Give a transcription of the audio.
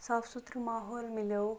صاف سُترٕ ماحول مِلیو